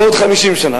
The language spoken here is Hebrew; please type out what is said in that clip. בעוד 50 שנה,